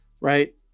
right